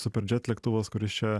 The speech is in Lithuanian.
super džet lėktuvas kuris čia